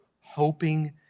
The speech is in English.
hoping